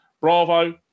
Bravo